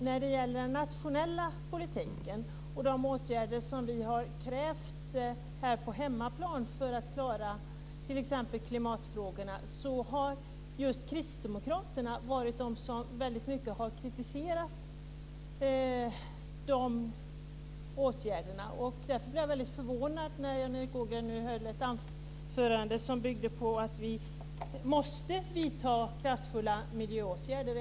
När det gäller den nationella politiken och de åtgärder som vi har krävt här på hemmaplan för att klara t.ex. klimatfrågorna, har just kristdemokraterna kritiserat de åtgärderna. Därför blev jag väldigt förvånad när Jan Erik Ågren höll ett anförande som byggde på att vi måste vidta kraftfulla miljöåtgärder.